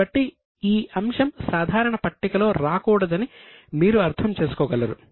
కాబట్టి ఈ అంశం సాధారణ పట్టికలో రాకూడదని మీరు అర్థం చేసుకోగలరు